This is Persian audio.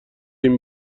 این